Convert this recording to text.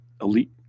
elite